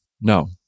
No